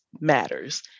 matters